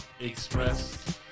Express